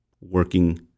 working